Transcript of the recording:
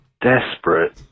desperate